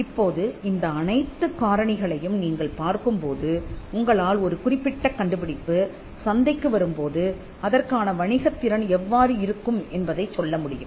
இப்போது இந்த அனைத்துக் காரணிகளையும் நீங்கள் பார்க்கும் போது உங்களால் ஒரு குறிப்பிட்ட கண்டுபிடிப்பு சந்தைக்கு வரும்போது அதற்கான வணிகத் திறன் எவ்வாறு இருக்கும் என்பதைச் சொல்ல முடியும்